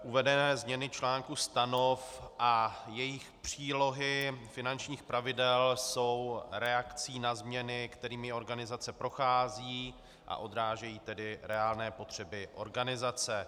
Uvedené změny článků stanov a jejich přílohy, finančních pravidel jsou reakcí na změny, kterými organizace prochází, a odrážejí tedy reálné potřeby organizace.